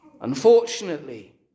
Unfortunately